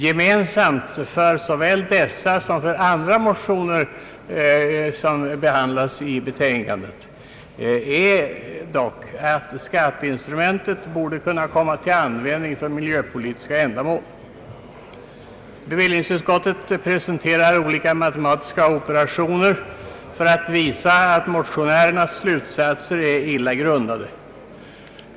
Gemensamt för såväl dessa som för andra motioner som behandlas i betänkandet är dock att skatteinstrumentet borde kunna komma till användning för miljöpolitiska ändamål. Bevillningsutskottet presenterar olika matematiska operationer för att visa att motionärernas slutsatser är illa grundade.